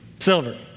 silver